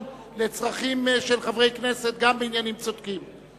לצרכים של חברי הכנסת גם בעניינים צודקים.